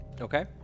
Okay